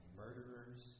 murderers